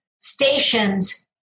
stations